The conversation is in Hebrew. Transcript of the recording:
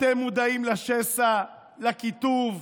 אתם מודעים לשסע, לקיטוב,